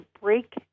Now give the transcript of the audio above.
break